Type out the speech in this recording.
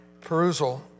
perusal